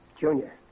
Junior